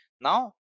now